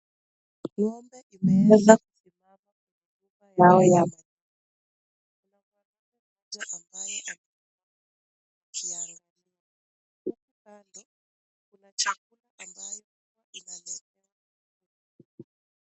ng'ombe imeweza kusimama kwenye nyumba yao ya maziwa. Unapata mmoja ambaye anaangalia. Kando kuna chakula ambayo inaletewa.